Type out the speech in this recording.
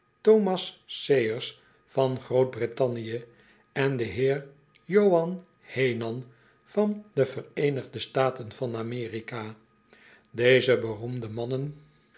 thomas sayers van grootbrittannie en den heer johan heenan van de vereenigde staten van amerika deze beroemde mannen